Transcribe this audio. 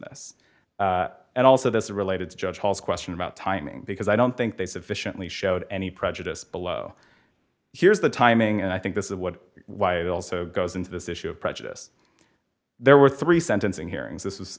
this and also this is related to judge hall's question about timing because i don't think they sufficiently showed any prejudice below here's the timing and i think this is what why it also goes into this issue of prejudice there were three sentencing hearings this is